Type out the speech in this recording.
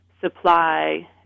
supply